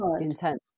intense